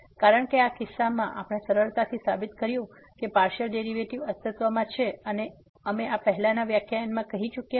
કારણ કે આ કિસ્સામાં આપણે સરળતાથી સાબિત કરી શકીએ છીએ કે પાર્સીઅલ ડેરીવેટીવ અસ્તિત્વમાં છે અને અમે આ પહેલાનાં વ્યાખ્યાનમાં કરી ચૂક્યાં છે